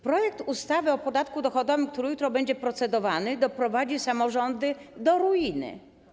Projekt ustawy o podatku dochodowym, który jutro będzie procedowany, doprowadzi samorządy do ruiny.